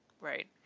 right